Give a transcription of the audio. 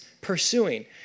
pursuing